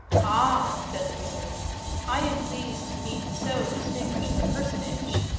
ah, said the wizard i'm pleased to meet so distinguished a personage.